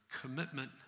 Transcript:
commitment